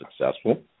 successful